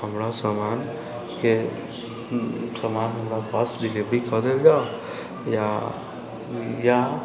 हमरा सामानके सामान हमरा पास डिलेवरी कऽ देल जाउ या या